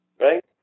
right